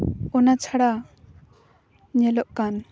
ᱚᱱᱟ ᱪᱷᱟᱲᱟ ᱧᱮᱞᱚᱜ ᱠᱟᱱ